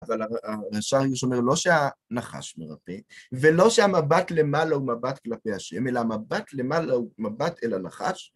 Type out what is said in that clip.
אבל הרש"ר הירש אומר, לא שהנחש מרפא, ולא שהמבט למעלה הוא מבט כלפי ה', אלא המבט למעלה הוא מבט אל הנחש.